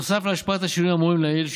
נוסף על השפעת השינויים האמורים לעיל,